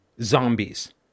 zombies